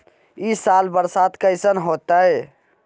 ई साल बरसात कैसन होतय?